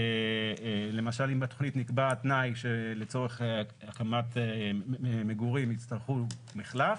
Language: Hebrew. למשל אם בתוכנית נקבע תנאי שלצורך הקמת מגורים יצטרכו מחלף,